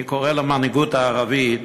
אני קורא למנהיגות הערבית: